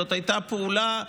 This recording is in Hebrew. זאת הייתה פעולה מיידית,